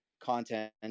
content